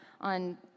on